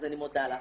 אז אני מודה לך.